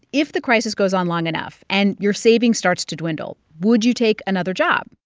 if the crisis goes on long enough and your savings starts to dwindle, would you take another job?